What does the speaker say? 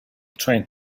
trying